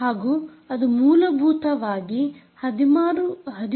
ಹಾಗೂ ಅದು ಮೂಲಭೂತವಾಗಿ 13